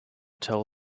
tell